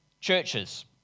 churches